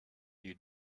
you